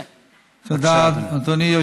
בבקשה, אדוני.